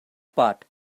part